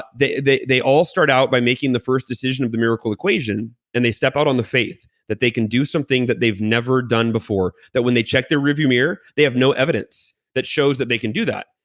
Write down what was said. they they all start out by making the first decision of the miracle equation and they step out on the faith that they can do something that they've never done before. that when they check their rear view mirror, they have no evidence that shows that they can do that.